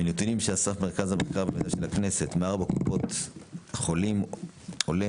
מנתונים שאסף מרכז המחקר והמידע של הכנסת מארבע קופות החולים עולה